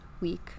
week